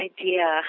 idea